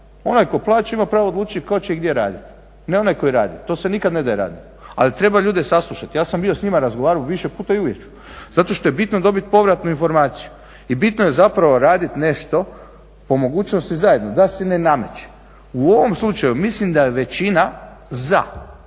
Onaj koji plaća ima pravo odlučiti tko će i gdje raditi, ne onaj koji radi, to se nikada ne daje …, ali treba ljude saslušati. Ja sam bio s njima razgovarao više puta i uvijek ću, zato što je bitno dobiti povratnu informaciju i bitno je zapravo raditi nešto, po mogućnosti zajedno, da se ne nameće. U ovom slučaju mislim da je većina za